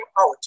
out